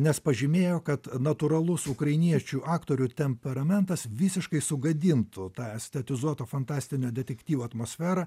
nes pažymėjo kad natūralus ukrainiečių aktorių temperamentas visiškai sugadintų tą estetizuoto fantastinio detektyvo atmosferą